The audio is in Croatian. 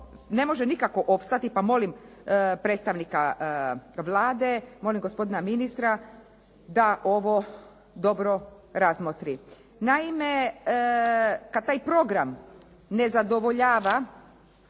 ne može nikako opstati pa molim predstavnika Vlade, molim gospodina ministra da ovo dobro razmotri. Naime, kad taj program ne zadovoljava